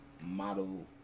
model